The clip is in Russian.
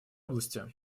области